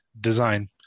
design